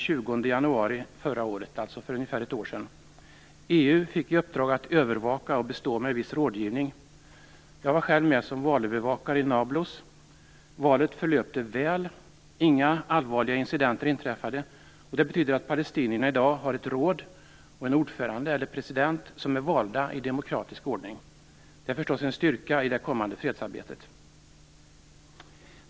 januari förra året, alltså för ungefär ett år sedan. EU fick i uppdrag att övervaka och bistå med viss rådgivning. Jag var själv med som valövervakare i Nablus. Valet förlöpte väl. Inga allvarliga incidenter inträffade, och det betyder att palestinierna i dag har ett råd och en ordförande, eller president, som är valda i demokratisk ordning. Det är förstås en styrka i det kommande fredsarbetet.